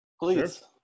Please